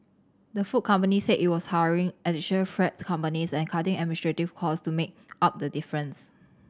the food company said it was hiring additional freight companies and cutting administrative cost to make up the difference